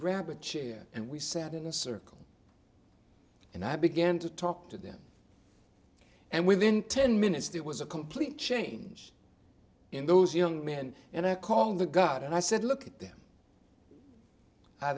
grab a chair and we sat in a circle and i began to talk to them and within ten minutes there was a complete change in those young men and i called the god and i said look at them